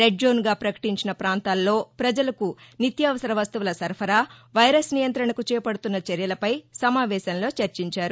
red జోన్గా ప్రకటించిన ప్రాంతాల్లో ప్రజలకు నిత్యవర వస్తువుల సరఫరా వైరస్ నియంత్రణకు చేపదుతున్న చర్యలపై సమావేశంలో చర్చించారు